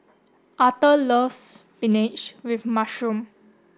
Arthor loves spinach with mushroom